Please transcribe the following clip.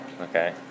okay